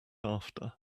after